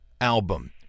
album